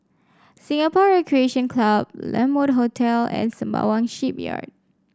Singapore Recreation Club La Mode Hotel and Sembawang Shipyard